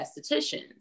estheticians